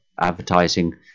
advertising